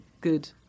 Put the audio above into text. good